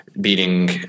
Beating